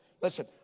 listen